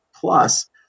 Plus